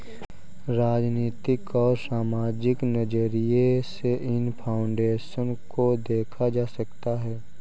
राजनीतिक और सामाजिक नज़रिये से इन फाउन्डेशन को देखा जा सकता है